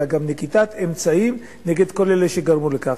אלא גם נקיטת אמצעים נגד כל אלה שגרמו לכך.